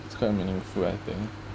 it's quite meaningful I think